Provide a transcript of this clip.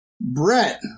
Brett